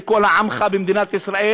לכל עמך ישראל,